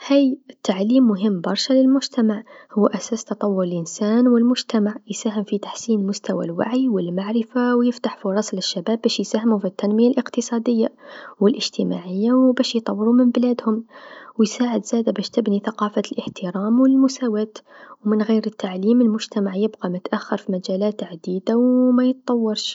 هاي التعليم مهم برشا للمجتمع، هو أساس تطور الإنسان و المجتمع، يساهم في تحسين مستوى الوعي و المعرفه و يفتح فرصه للشباب باش يساهمو في التنميه الإقتصاديه و الإجتماعيه و باش يطورو من بلادهم، و يساعد زادا باش تبني ثقافات الإحترام و المساواة، و من غير التعليم المجتمع يبقى متأخر في مجالات عديده و ميطورش.